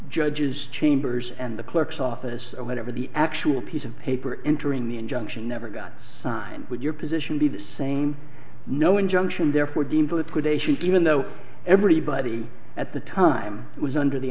judge's chambers and the clerk's office or whatever the actual piece of paper entering the injunction never got signed would your position be the same no injunction therefore deemed liquidations even though everybody at the time was under the